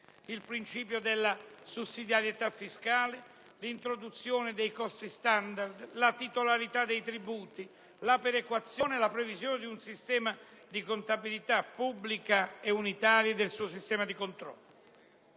il principio della sussidiarietà fiscale, l'introduzione dei costi standard, la titolarità dei tributi, la perequazione, la previsione di un sistema di contabilità pubblica e unitaria e del suo sistema di controllo.